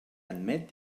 admet